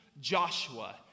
Joshua